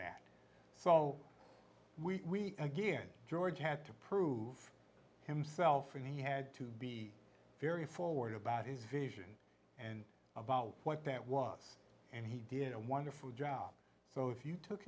that so we again george had to prove himself and he had to be very forward about his vision and about what that was and he did a wonderful job so if you took